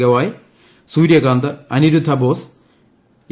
Gavai Suryakant Aniruddha Bose A